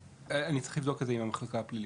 אני צריך לבדוק את זה עם המחלקה הפלילית,